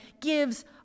gives